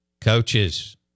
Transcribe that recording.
Coaches